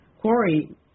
quarry